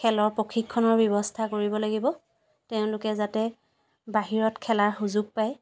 খেলৰ প্ৰশিক্ষণৰ ব্যৱস্থা কৰিব লাগিব তেওঁলোকে যাতে বাহিৰত খেলাৰ সুযোগ পায়